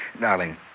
Darling